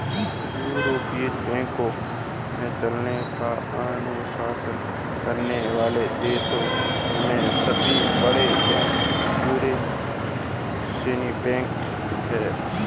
European banking चलन का अनुसरण करने वाले देशों में सभी बड़े बैंक यूनिवर्सल बैंक हैं